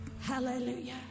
Hallelujah